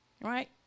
right